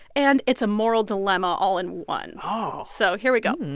and it's a moral dilemma all in one oh so here we go.